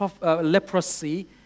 leprosy